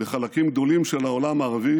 בחלקים גדולים של העולם הערבי